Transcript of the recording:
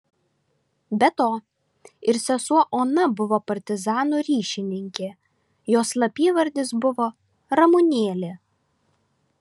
be to ir sesuo ona buvo partizanų ryšininkė jos slapyvardis buvo ramunėlė